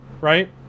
Right